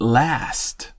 last